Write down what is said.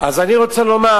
אז אני רוצה לומר